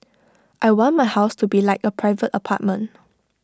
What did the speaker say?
I want my house to be like A private apartment